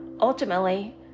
Ultimately